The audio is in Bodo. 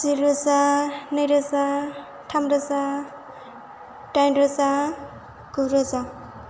जि रोजा नै रोजा थाम रोजा दाइन रोजा गु रोजा